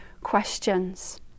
questions